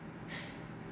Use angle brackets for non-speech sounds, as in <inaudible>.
<breath>